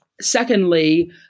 Secondly